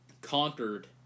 conquered